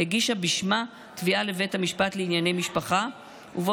הגישה בשמה תביעה לבית המשפט לענייני משפחה ובה